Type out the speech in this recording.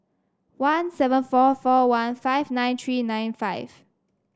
one seven four four one five nine three nine five